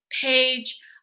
page